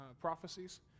prophecies